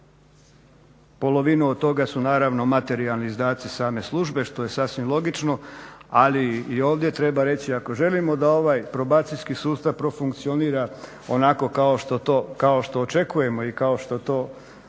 Polovina od toga su naravno materijalni izdaci same službe, što je sasvim logično, ali i ovdje treba reći da ako želimo da ovaj probacijski sustav profunkcionira onako kao što očekujemo i kao što to